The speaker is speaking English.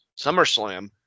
SummerSlam